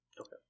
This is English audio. Okay